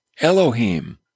Elohim